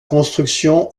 construction